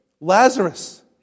Lazarus